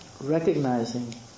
Recognizing